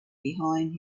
behind